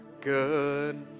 good